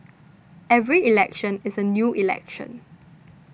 every election is a new election